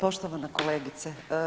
Poštovana kolegice.